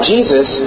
Jesus